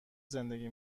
زندگی